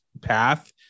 path